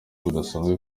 budasanzwe